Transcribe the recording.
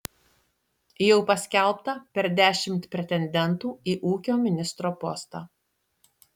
jau paskelbta per dešimt pretendentų į ūkio ministro postą